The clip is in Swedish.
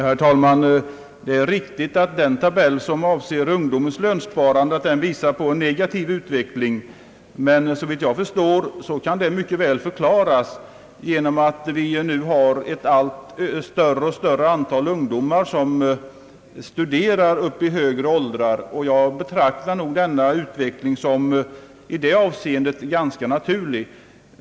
Herr talman! Det är riktigt att den tabell som avser ungdomens lönsparande visar en negativ utveckling, men såvitt jag förstår kan detta mycket väl förklaras. Antalet ungdomar i högre åldrar som studerar har nämligen under senare år ökat avsevärt. Den negativa utvecklingen i fråga om ungdomens lönsparande får därför betraktas som ganska naturlig.